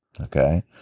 Okay